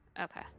Okay